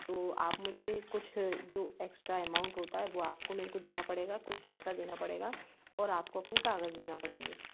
तो आप मुझे कुछ जो एक्स्ट्रा अमाउंट होता है वो आपको मेरे को देना पड़ेगा कुछ पैसा देना पड़ेगा और आपको अपने कागज़ देना पड़ेंगे